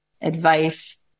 advice